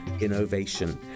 innovation